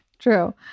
true